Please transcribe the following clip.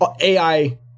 AI